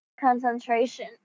Concentration